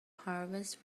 harvest